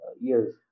years